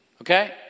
Okay